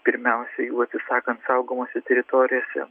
pirmiausiai jų atsisakant saugomose teritorijose